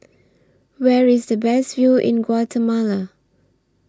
Where IS The Best View in Guatemala